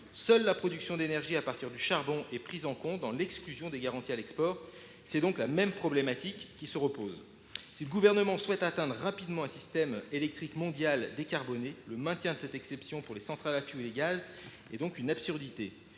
seule la production d’énergie à partir du charbon est prise en compte dans l’exclusion des garanties à l’export. C’est donc la même problématique qui se pose une nouvelle fois. Si le Gouvernement souhaite atteindre rapidement un système électrique mondial décarboné, le maintien de cette exception pour les centrales à fioul et à gaz est une absurdité.